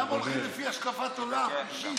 למה הולכים לפי השקפת עולם אישית?